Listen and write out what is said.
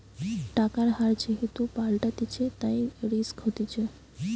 টাকার হার যেহেতু পাল্টাতিছে, তাই রিস্ক হতিছে